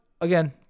again